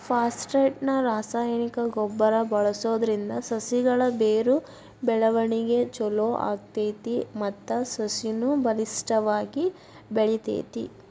phosphate ನ ರಾಸಾಯನಿಕ ಗೊಬ್ಬರ ಬಳ್ಸೋದ್ರಿಂದ ಸಸಿಗಳ ಬೇರು ಬೆಳವಣಿಗೆ ಚೊಲೋ ಆಗ್ತೇತಿ ಮತ್ತ ಸಸಿನು ಬಲಿಷ್ಠವಾಗಿ ಬೆಳಿತೇತಿ